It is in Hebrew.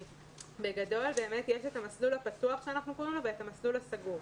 יש את המסלול הפתוח ויש את המסלול הסגור.